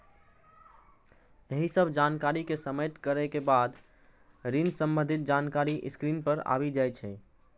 एहि सब जानकारी कें सबमिट करै के बाद ऋण संबंधी जानकारी स्क्रीन पर आबि जाइ छै